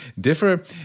differ